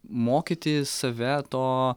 mokyti save to